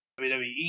WWE